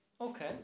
Okay